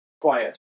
quiet